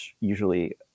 usually